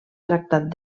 tractat